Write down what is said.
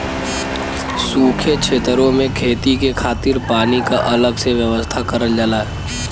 सूखे छेतरो में खेती के खातिर पानी क अलग से व्यवस्था करल जाला